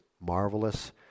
marvelous